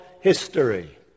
history